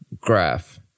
graph